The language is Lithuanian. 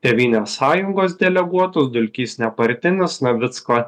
tėvynės sąjungos deleguotus dulkys nepartinis navicko